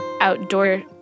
outdoor